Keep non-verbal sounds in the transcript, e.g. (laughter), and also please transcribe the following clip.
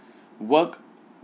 (breath) work